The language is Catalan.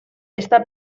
està